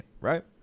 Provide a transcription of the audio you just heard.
right